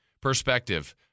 perspective